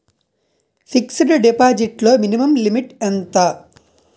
Fixed deposit లో minimum limit ఎంత?